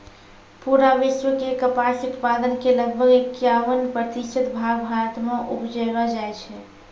पूरा विश्व के कपास उत्पादन के लगभग इक्यावन प्रतिशत भाग भारत मॅ उपजैलो जाय छै